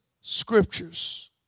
scriptures